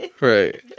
right